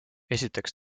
esiteks